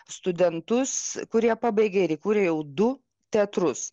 studentus kurie pabaigė ir įkūrė jau du teatrus